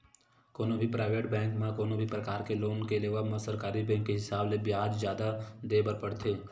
कोनो भी private bank म कोनो भी परकार के लोन के लेवब म सरकारी बेंक के हिसाब ले बियाज जादा देय बर परथे